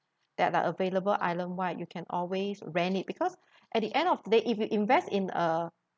that are available islandwide you can always ran it because at the end of the day if you invest in a